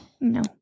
No